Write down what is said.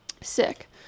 Sick